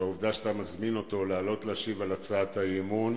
והעובדה שאתה מזמין אותו לעלות להשיב על הצעת האי-אמון